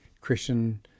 Christian